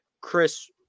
chris